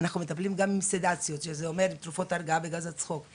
אנחנו מטפלים גם עם סדציות שזה תרופות הרגעה וגז צחוק.